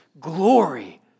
glory